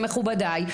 מכובדיי,